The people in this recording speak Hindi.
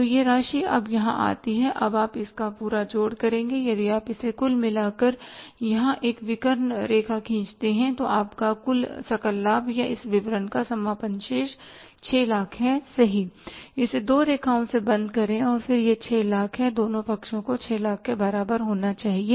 तो यह राशि अब यहाँ आती है अब आप इसका पूरा जोड़ करें यदि आप इसे कुल मिलाकर यहां एक विकर्ण रेखा खींचते हैं तो आपका कुल सकल लाभ या इस विवरण का समापन शेष 600000 है सही इसे दो रेखाऔ से बंद करें फिर यह 600000 है दोनों पक्षों को 600000 के बराबर होना चाहिए